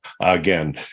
again